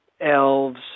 elves